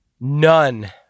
none